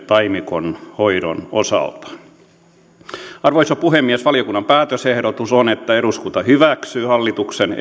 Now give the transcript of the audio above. taimikon hoidon osalta arvoisa puhemies valiokunnan päätösehdotus on että eduskunta hyväksyy hallituksen